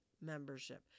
membership